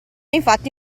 infatti